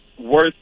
worth